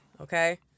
Okay